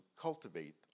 cultivate